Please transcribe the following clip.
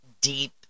deep